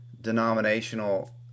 denominational